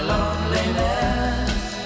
Loneliness